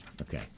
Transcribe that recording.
Okay